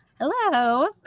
Hello